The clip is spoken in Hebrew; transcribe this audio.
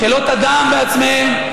חלאות אדם בעצמם,